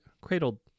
cradled